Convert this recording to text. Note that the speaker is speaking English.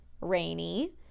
rainy